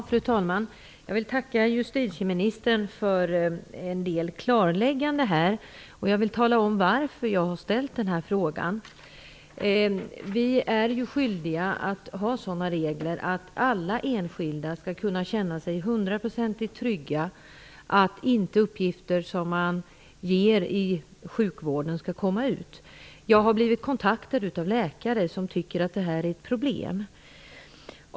Fru talman! Jag vill tacka justitieministern för en del klarlägganden. Jag skall tala om varför jag har ställt den här frågan. Vi är ju skyldiga att ha sådana regler att alla enskilda skall kunna känna sig hundraprocentigt trygga för att uppgifter som lämnas i sjukvården inte kommer ut. Jag har blivit kontaktad av läkare som tycker att det här är ett problem.